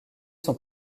sont